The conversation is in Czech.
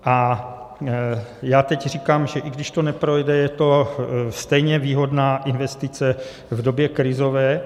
A já teď říkám, že i když to neprojde, je to stejně výhodná investice v době krizové.